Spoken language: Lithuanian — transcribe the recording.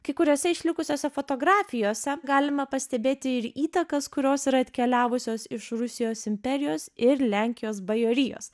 kai kuriose išlikusiose fotografijose galima pastebėti ir įtakas kurios yra atkeliavusios iš rusijos imperijos ir lenkijos bajorijos